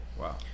Wow